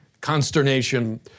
consternation